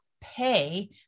pay